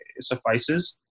suffices